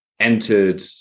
entered